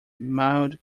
mild